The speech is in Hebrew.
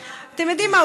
אתם יודעים מה,